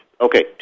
Okay